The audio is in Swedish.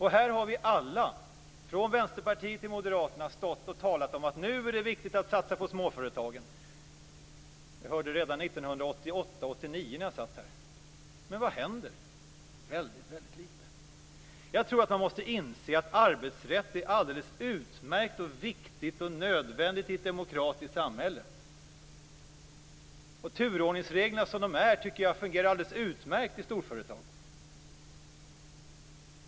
Här har vi alla, från Vänsterpartiet till Moderaterna, stått och talat om att nu är det viktigt att satsa på småföretagen. Det hörde jag redan 1988/89 när jag satt här, men vad händer? Det händer väldigt lite. Jag tror att man måste inse att arbetsrätt är alldeles utmärkt, viktigt och nödvändigt i ett demokratiskt samhälle. Och turordningsreglerna som de är tycker jag fungerar alldeles utmärkt i storföretag.